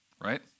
right